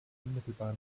unmittelbar